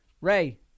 Ray